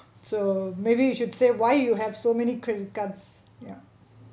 so maybe you should say why you have so many credit cards ya